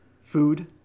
food